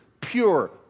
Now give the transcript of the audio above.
pure